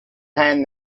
hand